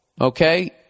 Okay